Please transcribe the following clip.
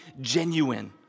genuine